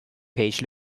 page